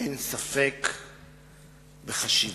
אין ספק בחשיבותו,